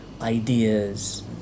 ideas